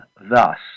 thus